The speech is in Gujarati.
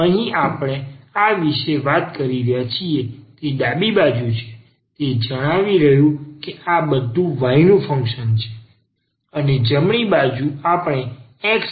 અહીં આપણે આ વિશે વાત કરી રહ્યા છીએ તે ડાબી બાજુ છે તે જણાવી રહ્યું છે કે આ બધું y નું ફંક્શન કરે છે અને જમણી બાજુ આપણે x અને y નું ફંક્શન કરી રહ્યા છીએ